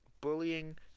bullying